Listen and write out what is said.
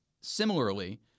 Similarly